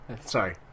Sorry